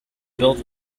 built